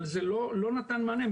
אבל זה לא נתן מענה,